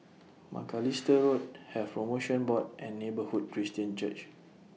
Macalister Road Health promotion Board and Neighbourhood Christian Church